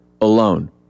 alone